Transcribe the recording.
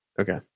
Okay